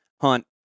hunt